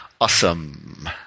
Awesome